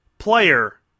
Player